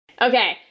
Okay